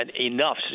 enough